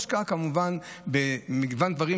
וכמובן עוד השקעה במגוון דברים,